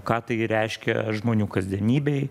ką tai reiškia žmonių kasdienybėj